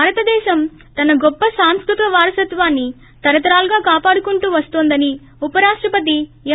భారతదేశం తన గొప్ప సాంస్కృతిక వారసత్వాన్ని తరతరాలుగా కాపాడుకుంటూ వస్తోందని ఉప రాష్టపతి ఎం